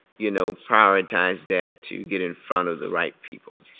you know, prioritize that to get in front of the right people?